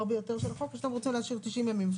ביותר של החוק או שאתם רוצים להשאיר 90 ימים?